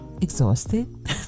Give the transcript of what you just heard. exhausted